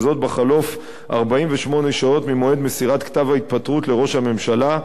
וזאת בחלוף 48 שעות ממועד מסירת כתב ההתפטרות לראש הממשלה,